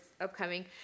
upcoming